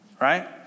Right